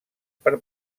per